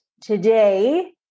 today